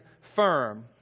firm